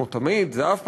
כמו תמיד,